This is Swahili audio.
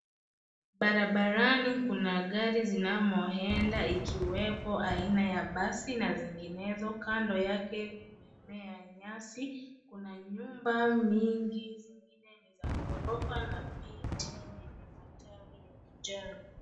Barabarani kuna gari zinamoenda ikiwepo aina ya basi na zinginezo. Kando yake kumemea nyasi. Kuna nyumba mingi zingine ni za ghorofa, na miti yeye matawi ya kijani.